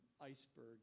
iceberg